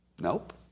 Nope